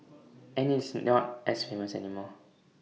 and IT is not as famous anymore